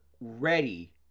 ready